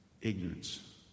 Ignorance